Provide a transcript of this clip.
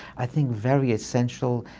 i think, very essential.